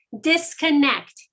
disconnect